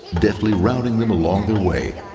deftly routing them along the way.